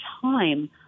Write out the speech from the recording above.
time